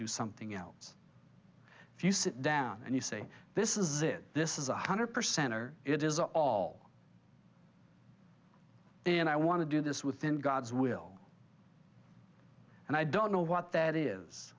do something else if you sit down and you say this is it this is one hundred percent or it is all and i want to do this within god's will and i don't know what that is